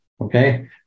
Okay